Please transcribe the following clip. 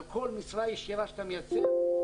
על כל משרה ישירה שאתה מייצר,